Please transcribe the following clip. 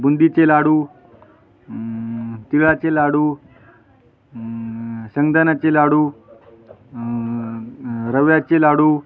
बुंदीचे लाडू तिळाचे लाडू शेंगदाण्याचे लाडू रव्याचे लाडू